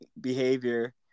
behavior